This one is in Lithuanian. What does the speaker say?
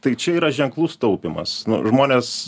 tai čia yra ženklus taupymas žmonės